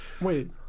wait